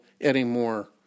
anymore